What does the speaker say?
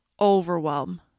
overwhelm